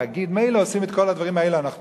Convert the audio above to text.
להגיד לחברי חברי הכנסת, אנחנו